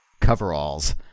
coveralls